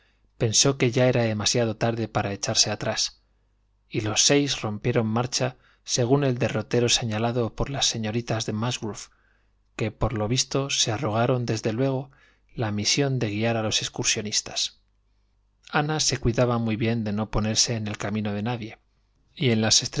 pensó que ya era tarde para echarse atrás y los seis rompieron marcha según el derrotero señalado por las señoritas do musgrove que por lo visto se arrogaron desde luego la misión de guiar a los excursionistas ana se cuidaba muy bien de no ponerse en el camino de nadie y en las